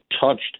touched